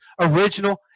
original